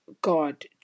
God